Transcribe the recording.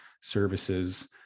services